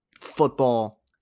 football